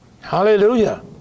Hallelujah